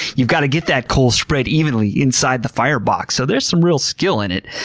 you've got to get that coal spread evenly inside the firebox, so there's some real skill in it.